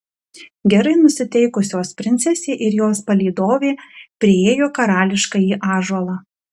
gerai nusiteikusios princesė ir jos palydovė priėjo karališkąjį ąžuolą